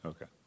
Okay